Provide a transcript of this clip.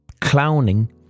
clowning